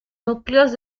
núcleos